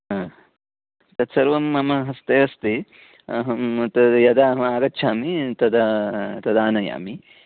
आह् तत् सर्वं मम हस्ते अस्ति अहं तद् यदा अहम् आगच्छामि तदा तदानयामि